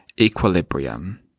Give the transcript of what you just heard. Equilibrium